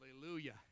Hallelujah